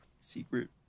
secret